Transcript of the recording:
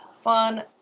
Fun